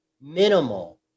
minimal